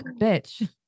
bitch